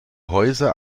häuser